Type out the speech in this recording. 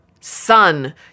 Son